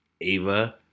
Ava